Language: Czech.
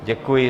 Děkuji.